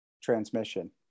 transmission